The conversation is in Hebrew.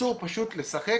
אסור פשוט לשחק